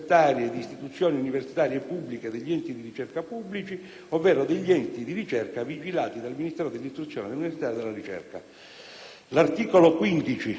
l'articolo 15,